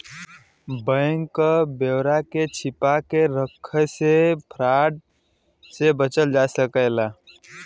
bank क ब्यौरा के छिपा के रख से फ्रॉड से बचल जा सकला